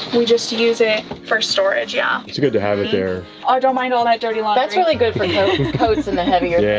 we just use it, for storage yeah. it's good to have it there. i don't mind all that dirty laundry. like that's really good for coats and the heavier